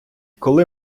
коли